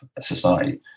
society